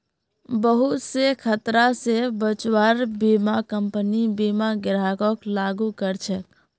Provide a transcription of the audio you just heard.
बहुत स खतरा स बचव्वार बीमा कम्पनी बीमा ग्राहकक लागू कर छेक